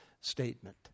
statement